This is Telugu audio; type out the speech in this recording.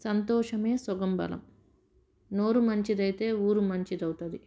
సంతోషమే సగం బలం నోరు మంచిదైతే ఊరు మంచిది అవుతుంది